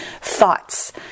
thoughts